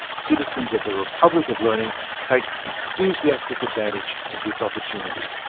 citizens of the republic of learning take enthusiastic advantage of this opportunity.